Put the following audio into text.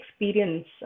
experience